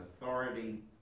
authority